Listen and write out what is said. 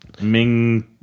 ming